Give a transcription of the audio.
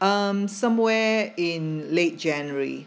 um somewhere in late january